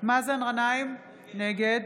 מאזן גנאים, נגד